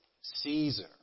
Caesar